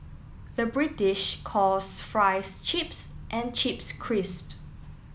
the British calls fries chips and chips crisps